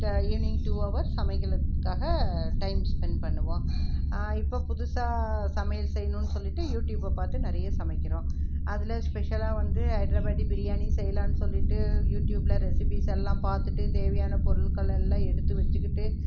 evening too அவர் சமையலுக்காக time spend பண்ணுவோம் இப்போ புதுசாக சமையல் செய்யணும்ன்னு சொல்லிவிட்டு யூடியூபை பார்த்து நிறைய சமைக்கிறோம் அதில் ஸ்பெஷலாக வந்து ஹைட்ராபாடி பிரியாணி செய்யலாம்ன்னு சொல்லிட்டு யூடியூப்பில் ரெசிபிஸ்யெல்லாம் பார்த்துட்டு தேவையான பொருட்கள்யெல்லாம் எடுத்து வெச்சுக்கிட்டு